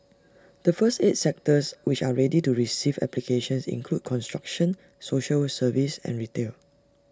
the first eight sectors which are ready to receive applications include construction social services and retail